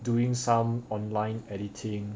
doing some online editing